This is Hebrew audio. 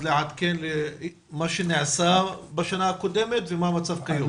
לעדכן מה שנעשה בשנה קודמת ומה המצב כיום?